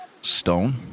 stone